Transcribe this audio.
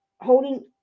holding